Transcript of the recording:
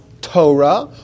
Torah